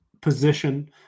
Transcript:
position